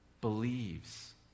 believes